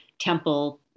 temple